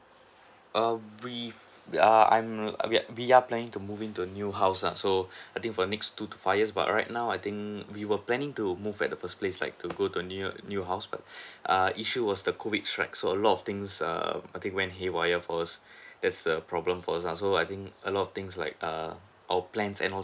err we err I'm err we are we are planning to move in to a new house uh so I think for the next two to five years but right now I think we were planning to move at the first place like to go to a near new house but err issue was the COVID right so a lot of things err I think went haywire for us that's a problem for us uh so I think a lot of things like err our plans and all